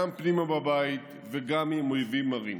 גם פנימה בבית וגם עם אויבים מרים.